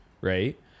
right